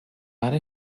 ara